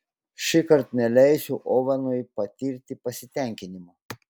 šįkart neleisiu ovenui patirti pasitenkinimo